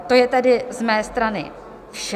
To je tedy z mé strany vše.